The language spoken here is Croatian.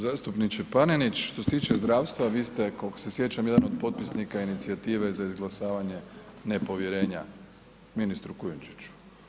Zastupniče Panenić, što se tiče zdravstva vi ste, koliko se sjećam, jedan od potpisnika Inicijative za izglasavanje nepovjerenja ministru Kujundžiću.